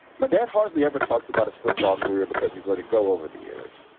my dad hardly ever talks about his football career because he's let it go over the years.